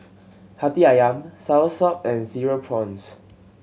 Hati Ayam Soursop and Cereal Prawns